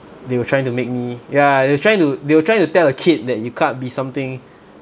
they were trying to make me ya they were trying to they were trying to tell a kid that you can't be something